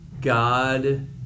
God